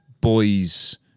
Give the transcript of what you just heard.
boys